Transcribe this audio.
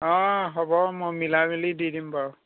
অঁ হ'ব মই মিলাই মেলি দি দিম বাৰু